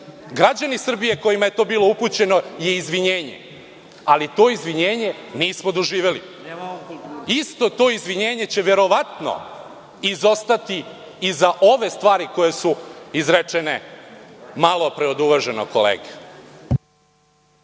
građani Srbije kojima je to bilo upućeno je izvinjenje, ali to izvinjenje nismo doživeli. Isto to izvinjenje će verovatno izostati i za ove stvari koje su izrečene malopre od uvaženog kolege.